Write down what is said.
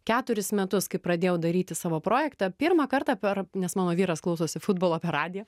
keturis metus kai pradėjau daryti savo projektą pirmą kartą per nes mano vyras klausosi futbolo per radiją